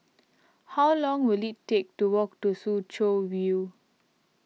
how long will it take to walk to Soo Chow View